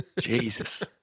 Jesus